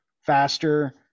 faster